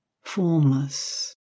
formless